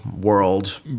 world